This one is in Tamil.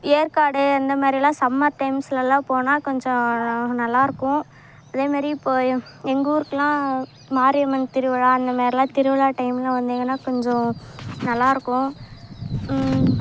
ஏற்காடு இந்தமாரிலாம் சம்மர் டைம்ஸ்லெல்லாம் போனால் கொஞ்சம் நல்லாயிருக்கும் அதேமாரி இப்போது எங் எங்கள் ஊருக்கெலாம் மாரியம்மன் திருவிழா அந்தமாரிலாம் திருவிழா டைமில் வந்தீங்கனால் கொஞ்சம் நல்லாயிருக்கும்